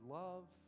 love